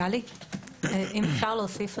אם אפשר להוסיף,